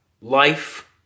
life